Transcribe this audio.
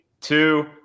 two